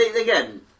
again